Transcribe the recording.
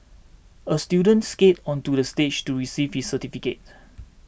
a student skated onto the stage to receive his certificate